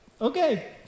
okay